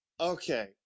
Okay